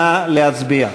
נא להצביע.